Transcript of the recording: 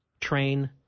train